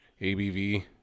ABV